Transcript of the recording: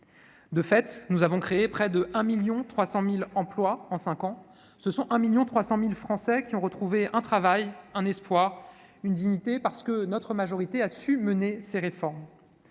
De fait, nous avons créé près de 1,3 million d'emplois en cinq ans : ce sont 1,3 million de Français qui ont retrouvé un travail, un espoir et une dignité parce que notre majorité a su mener ces réformes.